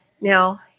Now